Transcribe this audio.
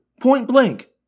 point-blank